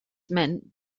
meant